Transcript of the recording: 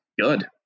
good